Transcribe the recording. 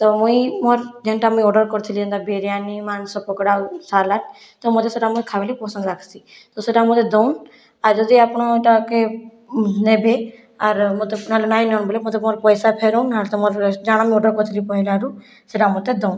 ତ ମୁଇଁ ମୋର ଯେନ୍ଟା ମୁଁ ଅର୍ଡ଼ର କରିଥିଲି ଯେନ୍ତା ବିରିୟାନୀ ମାଂସ ପକୋଡ଼ା ଆଉ ସାଲାଡ଼ ତ ମୋତେ ସେହିଟା ମୁଇଁ ଖାଇବାର୍ ଲାଗି ପସନ୍ଦ ଲାଗ୍ସି ତ ସେହିଟା ମୋତେ ଦଉନ୍ ଆର୍ ଯଦି ଆପଣ ଇଟାକେ ନବେ ଆର୍ ମୋତେ ନହେଲେ ନାଇଁନ ମୋତେ ମୋର ପଇସା ଫେରୁନ୍ ନହେଲେ ତମର ରେଷ୍ଟୁରାଣ୍ଟରେ ଜାଣା ମୁଇଁ ଅର୍ଡ଼ର କରିଥିଲି ପହିଲାରୁ ସେହିଟା ମୋତେ ଦଉନ୍